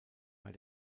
bei